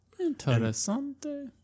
Interessante